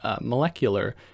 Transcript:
molecular